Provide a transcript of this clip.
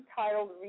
titled